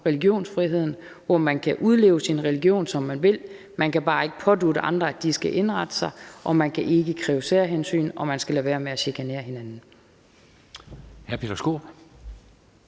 religionsfriheden, hvor man kan udleve sin religiøsitet, som man vil. Man kan bare ikke pådutte andre, hvordan de skal indrette sig, man kan ikke kræve særhensyn, og man skal lade være med at chikanere hinanden.